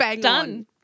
Done